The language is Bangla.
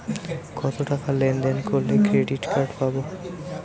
কতটাকা লেনদেন করলে ক্রেডিট কার্ড পাব?